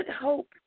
hope